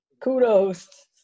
Kudos